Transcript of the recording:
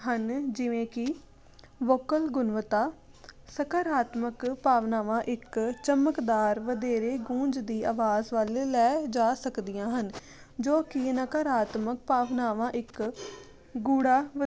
ਹਨ ਜਿਵੇਂ ਕਿ ਵੋਕਲ ਗੁਣਵੱਤਾ ਸਕਾਰਾਤਮਕ ਭਾਵਨਾਵਾਂ ਇੱਕ ਚਮਕਦਾਰ ਵਧੇਰੇ ਗੂੰਝ ਦੀ ਆਵਾਜ਼ ਵੱਲ ਲੈ ਜਾ ਸਕਦੀਆਂ ਹਨ ਜੋ ਕਿ ਨਕਾਰਾਤਮਕ ਭਾਵਨਾਵਾਂ ਇੱਕ ਗੂੜ੍ਹਾ